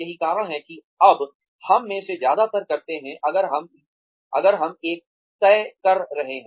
यही कारण है किअब हम में से ज्यादातर करते हैं अगर हम एक तय कर रहे हैं